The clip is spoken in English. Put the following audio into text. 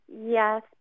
Yes